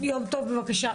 יום טוב, בבקשה.